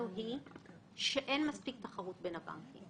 "התחרות בענפי המשק הריאליים אינו נושא